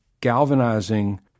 galvanizing